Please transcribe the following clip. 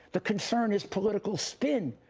the concern is political spin!